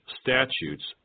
statutes